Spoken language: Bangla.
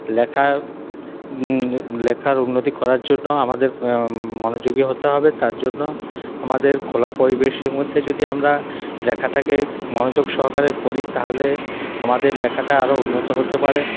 লেখা লেখার উন্নতি করার জন্য আমাদের মনোযোগী হতে হবে তার জন্য আমাদের খোলা পরিবেশের মধ্যে যদি আমরা লেখাটাকে মনোযোগ সহকারে করি তাহলে আমাদের লেখাটা আরও উন্নত হতে পারে